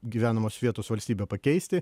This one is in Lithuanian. gyvenamos vietos valstybę pakeisti